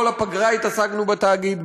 כל הפגרה התעסקנו בתאגיד.